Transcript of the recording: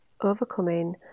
Overcoming